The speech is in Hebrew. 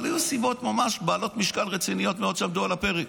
אבל היו סיבות בעלות משקל רציני שעמדו על הפרק,